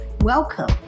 Welcome